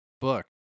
book